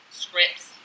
scripts